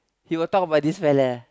he will talk about this fella